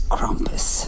Krampus